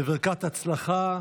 בברכת הצלחה.